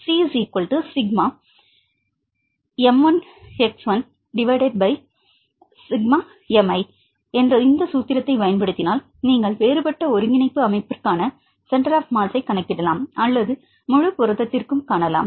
Cm ∑∑mi என்ற இந்த சூத்திரத்தைப் பயன்படுத்தினால் நீங்கள் வேறுபட்ட ஒருங்கிணைப்பு அமைப்பிற்கான சென்டர் ஆப் மாஸ் கணக்கிடலாம் அல்லது முழு புரதத்திற்கும் காணலாம்